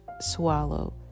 swallow